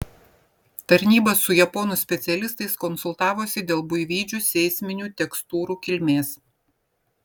tarnyba su japonų specialistais konsultavosi dėl buivydžių seisminių tekstūrų kilmės